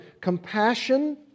compassion